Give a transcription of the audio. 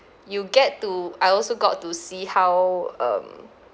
you get to I also got to see how um